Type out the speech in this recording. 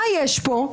מה יש פה?